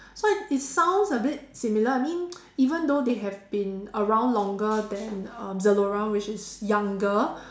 so I it sounds a bit similar I mean even though they have been around longer than um Zalora which is younger